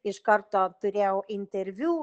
iš karto turėjau interviu